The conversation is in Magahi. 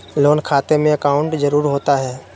लोन खाते में अकाउंट जरूरी होता है?